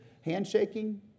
handshaking